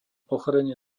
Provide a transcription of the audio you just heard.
ochorenie